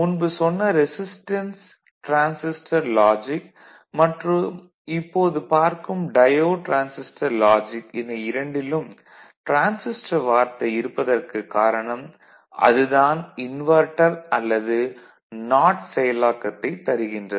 முன்பு சொன்ன resistance transistor logic மற்றும் இப்போது பார்க்கும் டயோடு டிரான்சிஸ்டர் லாஜிக் என இரண்டிலும் டிரான்சிஸ்டர் வார்த்தை இருப்பதற்குக் காரணம் அது தான் இன்வெர்ட்டர் அல்லது நாட் செயலாக்கத்தைத் தருகின்றது